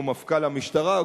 או מפכ"ל המשטרה,